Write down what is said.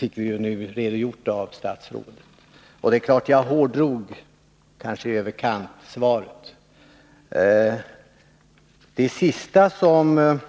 har vi nu fått en redogörelse för av kommunikationsministern. Det är möjligt att jag hårdrog kommunikationsministerns svar på frågan.